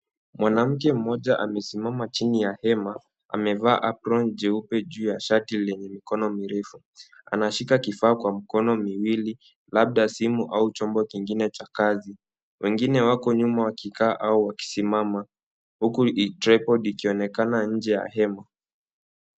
Mwanamke mmoja amesimama chini ya hema. Amevaa aproni jeupe juu ya shati lenye mikono mirefu. Anashika kifaa kwa mikono miwili, labda simu au chombo kingine cha kazi. Wengine wako nyuma wakikaa au wakisimama huku tripod ikionekana nje ya hema.